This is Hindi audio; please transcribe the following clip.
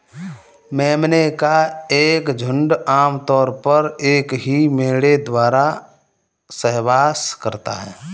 मेमने का एक झुंड आम तौर पर एक ही मेढ़े द्वारा सहवास करता है